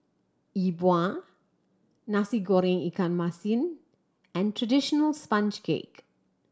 Yi Bua Nasi Goreng ikan masin and traditional sponge cake